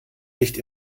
nicht